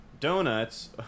Donuts